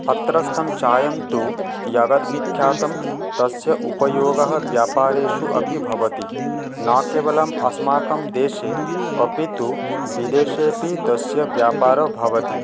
अत्रस्थं चायन्तु जगद्विख्यातं तस्य उपयोगः व्यापारेषु अपि भवति न केवलम् अस्माकं देशे अपि तु विदेशेऽपि तस्य व्यापारो भवति